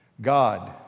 God